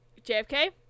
jfk